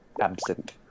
absent